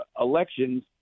elections